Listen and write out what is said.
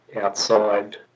outside